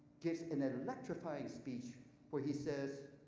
gives an electrifying speech where he says,